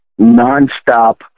nonstop